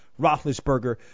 Roethlisberger